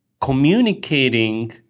communicating